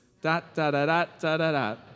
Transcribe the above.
da-da-da-da-da-da-da